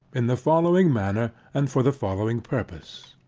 in the following manner, and for the following purpose.